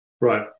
Right